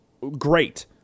Great